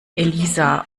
elisa